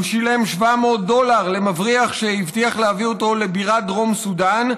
הוא שילם 700 דולר למבריח שהבטיח להביא אותו לבירת דרום סודאן,